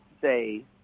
say